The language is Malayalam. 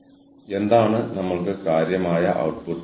തന്ത്രപരം എന്നതിനർത്ഥം ഭാവിയെ ലക്ഷ്യമാക്കിയുള്ള എന്തെങ്കിലും ആണ്